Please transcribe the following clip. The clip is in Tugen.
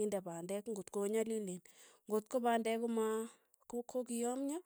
inde pandek ng'ot ko nyalileen, ng'ot ko pandek ko ma ko- ko kiamya.